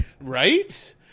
Right